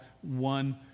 one